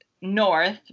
north